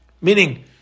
meaning